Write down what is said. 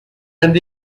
and